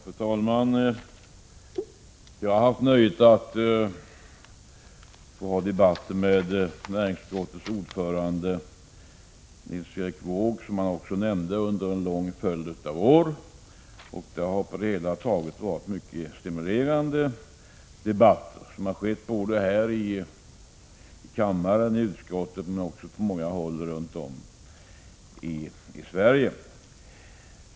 Fru talman! Jag har haft nöjet att debattera med utskottets ordförande Nils Erik Wååg, vilket också han nämnde, under en lång följd av år. Det har på det hela taget varit mycket stimulerande debatter, både här i kammaren, i utskottet och på många håll runt om i Sverige.